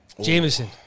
Jameson